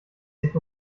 sich